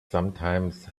sometimes